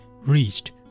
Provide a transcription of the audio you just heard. reached